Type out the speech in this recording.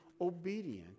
obedient